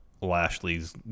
Lashley's